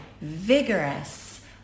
vigorous